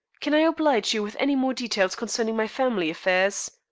can i oblige you with any more details concerning my family affairs?